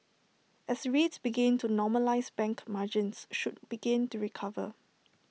as rates begin to normalise bank margins should begin to recover